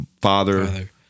father